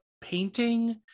painting